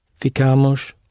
Ficamos